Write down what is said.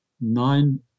nine